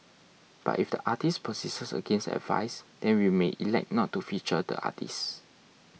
but if the artist persists against advice then we may elect not to feature the artist